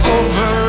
over